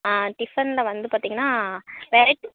டிஃபன்னில் வந்து பார்த்தீங்கன்னா வெரைட்டி